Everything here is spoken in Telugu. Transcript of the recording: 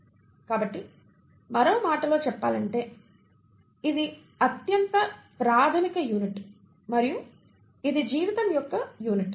" కాబట్టి మరో మాటలో చెప్పాలంటే ఇది అత్యంత ప్రాథమిక యూనిట్ మరియు ఇది జీవితం యొక్క యూనిట్